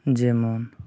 ᱡᱮᱢᱚᱱ